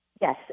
yes